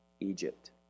Egypt